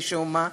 משום מה,